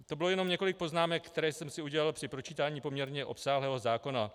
To bylo jenom několik poznámek, které jsem si udělal při pročítání poměrně obsáhlého zákona.